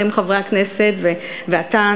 אתם חברי הכנסת ואתה.